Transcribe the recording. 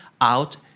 out